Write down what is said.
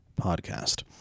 podcast